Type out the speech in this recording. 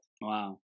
Wow